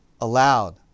aloud